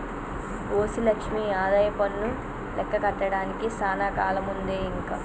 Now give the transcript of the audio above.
OC Lakshmi ఆదాయపన్ను లెక్క కట్టడానికి సానా కాలముందే ఇంక